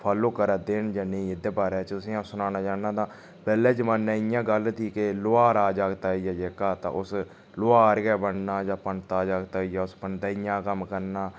follow करै दे जां नेईं एह्दे बारै च तुसेंई अ'ऊं सनाना चाह्ना तां पैह्ले जमाने इयां गल्ल थी कि लौहारा दे जागतै आई गेआ जेह्का तां उस लौहार गै बनना जां पंतै जागतै आई गेआ उस पंतैइयैं दा कम्म करना